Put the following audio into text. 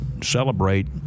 celebrate